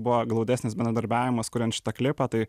buvo glaudesnis bendradarbiavimas kuriant šitą klipą tai